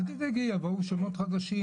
אל תדאגי, יבואו שמות חדשים.